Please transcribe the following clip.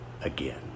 again